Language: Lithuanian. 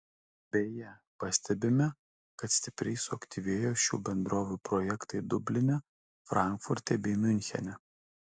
beje pastebime kad stipriai suaktyvėjo šių bendrovių projektai dubline frankfurte bei miunchene